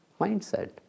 mindset